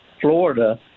Florida –